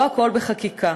לא הכול בחקיקה.